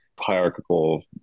hierarchical